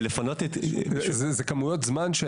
התהליכים האלה לוקחים המון זמן.